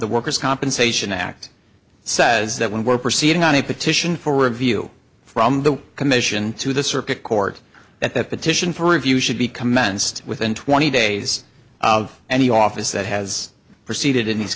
the worker's compensation act says that when we're proceeding on a petition for review from the commission to the circuit court that the petition for review should be commenced within twenty days of any office that has proceeded in these